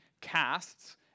casts